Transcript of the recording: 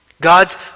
God's